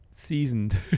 seasoned